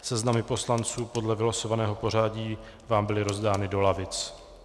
Seznamy poslanců podle vylosovaného pořadí vám byly rozdány do lavic.